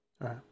right